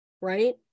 right